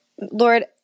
Lord